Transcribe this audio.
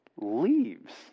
leaves